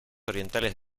orientales